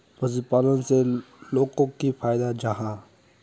पशुपालन से लोगोक की फायदा जाहा?